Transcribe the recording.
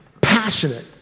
passionate